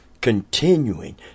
Continuing